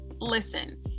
Listen